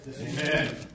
Amen